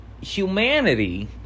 humanity